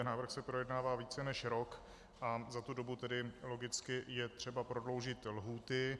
Návrh se projednává více než rok a za tu dobu tedy logicky je třeba prodloužit lhůty.